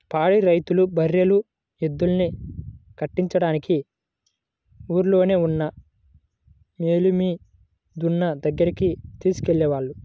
పాడి రైతులు బర్రెలు, ఎద్దుల్ని కట్టించడానికి ఊల్లోనే ఉన్న మేలిమి దున్న దగ్గరికి తీసుకెళ్ళేవాళ్ళు